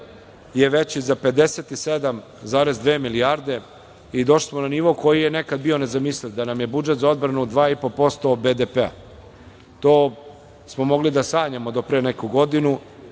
je veći za 57,2 milijarde i došli smo na nivo koji je nekad bio nezamisliv, da nam je budžet za odbranu od 2,5% BDP-a. To smo mogli da sanjamo do pre neku godinu. Ja